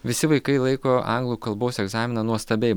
visi vaikai laiko anglų kalbos egzaminą nuostabiai